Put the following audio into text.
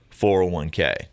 401k